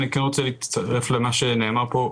אני כן רוצה להצטרף למה שנאמר פה.